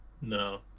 no